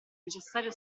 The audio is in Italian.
necessario